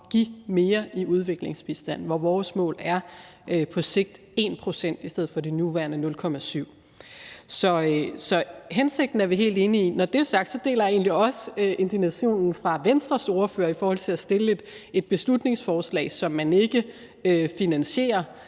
give mere i udviklingsbistand, hvor vores mål er på sigt 1 pct. i stedet for de nuværende 0,7 pct. Så hensigten er vi helt enige i. Når det er sagt, deler jeg egentlig også indignationen fra Venstres ordfører i forhold til at fremsætte et beslutningsforslag, som man ikke finansierer.